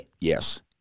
yes